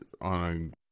on